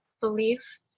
belief